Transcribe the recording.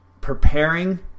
preparing